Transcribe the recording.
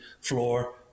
floor